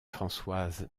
françoise